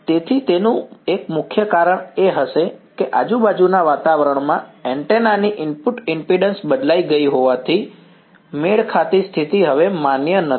તેથી તેનું એક મુખ્ય કારણ એ હશે કે આજુબાજુના વાતાવરણમાં એન્ટેના ની ઇનપુટ ઈમ્પિડન્સ બદલાઈ ગઈ હોવાથી મેળ ખાતી સ્થિતિ હવે માન્ય નથી